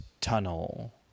tunnel